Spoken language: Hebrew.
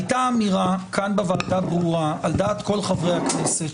הייתה אמירה ברורה כאן בוועדה על דעת כל חברי הכנסת,